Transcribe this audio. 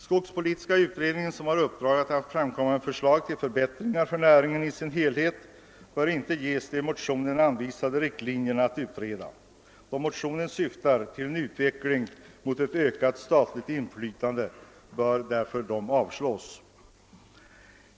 Skogspolitiska utredningen, som har i uppdrag att framlägga förslag till förbättringar för skogsnäringen i dess helhet, bör inte ges de utredningsdirektiv som anvisas i motionerna. Eftersom motionerna syftar till en utveckling mot ökat statligt inflytande bör de avslås.